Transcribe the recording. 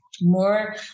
More